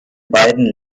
beiden